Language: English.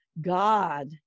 God